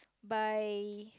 by